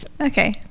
Okay